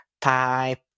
type